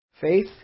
Faith